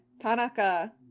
Tanaka